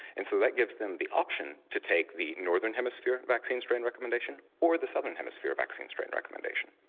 and so that gives them the option to take the northern hemisphere and vaccine strain recommendation or the southern hemisphere vaccine strain recommendation,